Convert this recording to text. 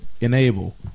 Enable